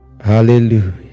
hallelujah